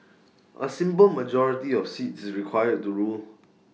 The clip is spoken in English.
A simple majority of seats is required to rule